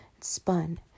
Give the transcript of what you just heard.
spun